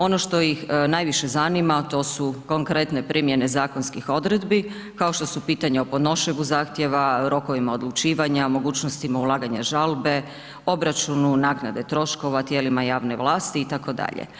Ono što ih najviše zanima, to su konkretne primjene zakonskih odredbi, kao što su pitanja o podnošenju zahtjeva, rokovima odlučivanja, mogućnostima ulaganja žalbe, obračunu naknade troškova tijelima javne vlasti itd.